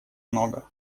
много